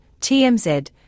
TMZ